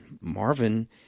Marvin